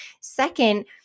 Second